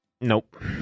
nope